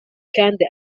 kandi